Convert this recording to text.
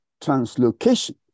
translocation